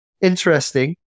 interesting